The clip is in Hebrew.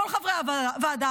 כל חברי הוועדה,